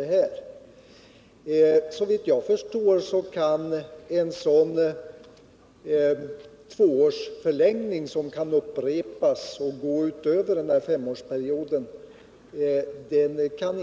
Men såvitt jag förstår kan en sådan tvåårsförlängning, som kan upprepas och gå utöver femårsperioden,